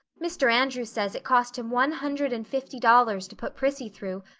mr. andrews says it cost him one hundred and fifty dollars to put prissy through,